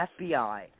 FBI